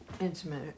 Intimate